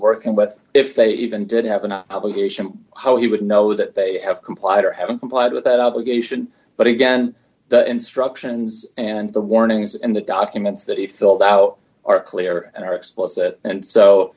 what if they even did have an obligation how he would know that they have complied or have complied with that obligation but again the instructions and the warnings and the documents that he filled out are clear and explicit and so